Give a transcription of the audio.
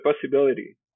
possibility